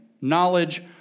knowledge